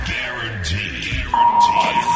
Guaranteed